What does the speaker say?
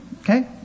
okay